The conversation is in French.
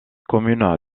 communes